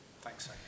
thanks